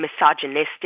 misogynistic